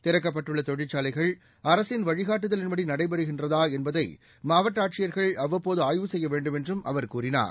திறக்கப்பட்டுள்ள தொழிற்சாலைகள் அரசின் வழிகாட்டுதலின்படி நடைபெறுகின்றதா என்பதை மாவட்ட ஆட்சியர்கள் அவ்வப்போது ஆய்வு செய்ய வேண்டும் என்றும் அவர் கூறினார்